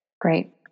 great